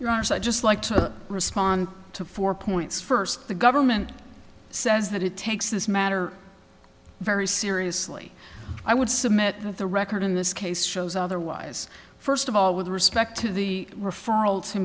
you are so i just like to respond to four points first the government says that it takes this matter very seriously i would submit that the record in this case shows otherwise first of all with respect to the referral to